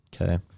Okay